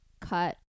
cut